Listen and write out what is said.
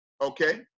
Okay